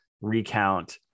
recount